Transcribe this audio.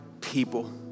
people